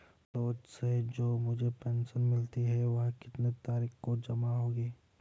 रोज़ से जो मुझे पेंशन मिलती है वह कितनी तारीख को जमा होगी?